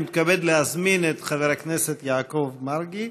אני מתכבד להזמין את חבר הכנסת יעקב מרגי.